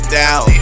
down